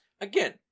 again